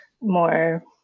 more